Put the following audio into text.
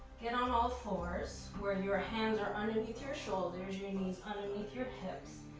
get on all fours where your hands are underneath your shoulders, your knees underneath your hips,